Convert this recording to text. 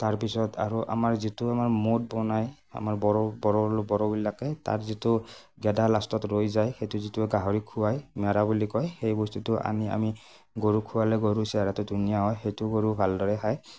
তাৰ পিছত আৰু আমাৰ যিটো আমাৰ মদ বনায় আমাৰ বড়ো বড়োবিলাকে তাৰ যিটো গেদা লাষ্টত ৰৈ যায় সেইটো যিটো গাহৰি খোৱাই মেৰা বুলি কয় সেই বস্তুটো আনি আমি গৰুক খোৱালে গৰু চেহেৰাটো ধুনীয়া হয় সেইটো গৰুৱে ভালদৰে খায়